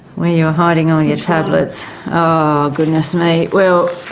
when you were hiding all your tablets, ah oh goodness me, well,